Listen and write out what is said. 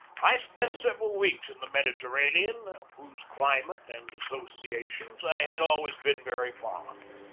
i spent several weeks in the mediterranean, of whose climate and associations i had always been very fond.